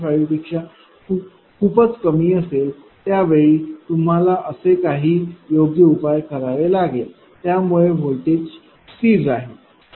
5 पेक्षा खूपच कमी असेल तर त्यावेळी तुम्हाला असे काही योग्य उपाय करावे लागेल त्यामुळे व्होल्टेज स्थिर राहील